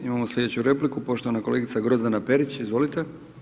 Imamo slijedeću repliku poštovana kolegica Grozdana Perić, izvolite.